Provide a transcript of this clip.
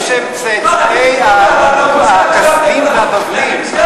הם טוענים שהם צאצאי הכשדים והבבלים.